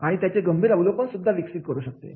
आणि त्याचे गंभीर अवलोकन सुद्धा विकसित करू शकते